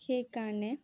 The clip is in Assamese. সেইকাৰণে